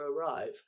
arrive